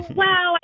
wow